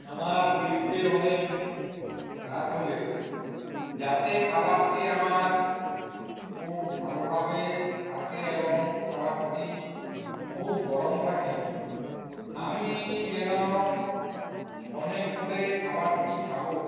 আমার ফিরতে অনেক রাত হবে যাতে খাবারটি আমার খুব ভালোভাবে থাকে এবং খাবারটি খুব গরম থাকে আমি যেন অনেক পরে খাবারটি খাবো